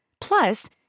Plus